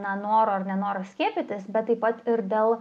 na noro ar nenoras skiepytis bet taip pat ir dėl